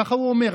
ככה הוא אומר,